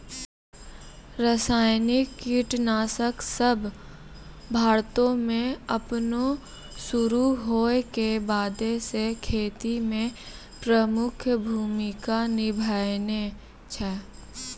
रसायनिक कीटनाशक सभ भारतो मे अपनो शुरू होय के बादे से खेती मे प्रमुख भूमिका निभैने छै